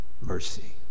mercy